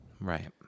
Right